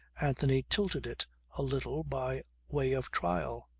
anthony tilted it a little by way of trial.